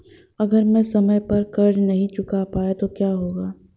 अगर मैं समय पर कर्ज़ नहीं चुका पाया तो क्या होगा?